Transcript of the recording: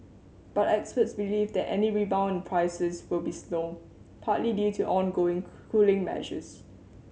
but experts believe that any rebound in prices will be slow partly due to ongoing cool cooling measures